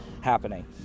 happening